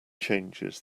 changes